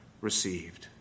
received